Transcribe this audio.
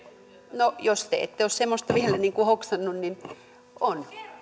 no jos te ette ole semmoista vielä hoksannut niin on